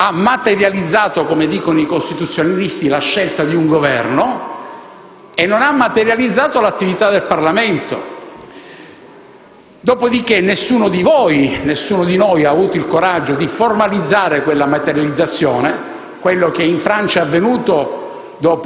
ha materializzato - come dicono i costituzionalisti - la scelta di un Governo e non ha materializzato l'attività del Parlamento. Dopodiché, nessuno di voi, nessuno di noi ha avuto il coraggio di formalizzare quella materializzazione. Si pensi a quello che in Francia è avvenuto